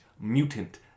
Mutant